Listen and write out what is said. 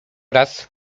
raz